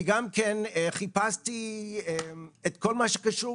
אני גם כן חיפשתי את כל מה שקשור